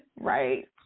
Right